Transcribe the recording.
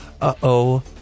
uh-oh